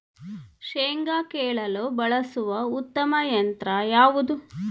ಶೇಂಗಾ ಕೇಳಲು ಬಳಸುವ ಉತ್ತಮ ಯಂತ್ರ ಯಾವುದು?